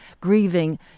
grieving